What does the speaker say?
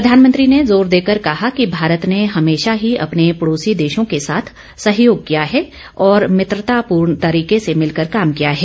प्रधानमंत्री ने जोरदेकर कहा कि भारत ने हमेशा ही अपने पड़ोसी देशों के साथ सहयोग किया है और मित्रतापूर्ण तरीके से मिलकर काम किया है